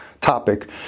topic